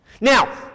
Now